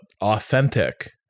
authentic